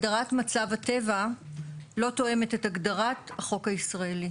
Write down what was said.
הגדרת מצב הטבע לא תואמת את הגדרת החוק הישראלי.